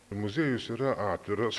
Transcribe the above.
muziejus yra atviras